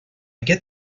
get